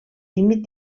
límit